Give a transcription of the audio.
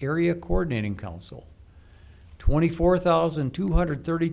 area coordinating council twenty four thousand two hundred thirty